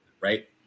Right